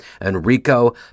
Enrico